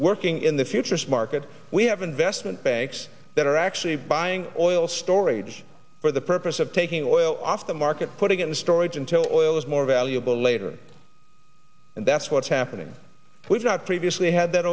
working in the futures markets we have investment banks that are actually buying oil storage for the purpose of taking oil off the market putting it in storage until our oil is more valuable later and that's what's happening we've not previously had that